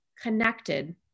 connected